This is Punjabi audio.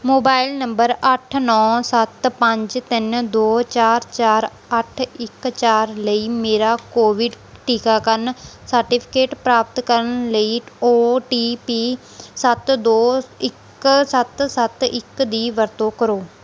ਮੋਬਾਈਲ ਨੰਬਰ ਅੱਠ ਨੌਂ ਸੱਤ ਪੰਜ ਤਿੰਨ ਦੋ ਚਾਰ ਚਾਰ ਅੱਠ ਇੱਕ ਚਾਰ ਲਈ ਮੇਰਾ ਕੋਵਿਡ ਟੀਕਾਕਰਨ ਸਰਟੀਫਿਕੇਟ ਪ੍ਰਾਪਤ ਕਰਨ ਲਈ ਓ ਟੀ ਪੀ ਸੱਤ ਦੋ ਇੱਕ ਸੱਤ ਸੱਤ ਇੱਕ ਦੀ ਵਰਤੋਂ ਕਰੋ